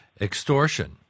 extortion